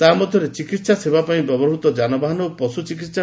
ତାହା ମଧ୍ଧରେ ଚିକିହା ସେବା ପାଇଁ ବ୍ୟବହୃତ ଯାନବାହାନ ଓ ପଶୁ ଚିକିସ୍